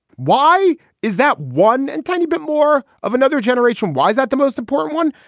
why is that one and tiny bit more of another generation y? is that the most important one?